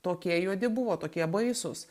tokie juodi buvo tokie baisūs